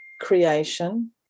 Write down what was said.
creation